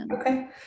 Okay